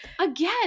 again